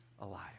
alive